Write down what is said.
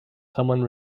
someone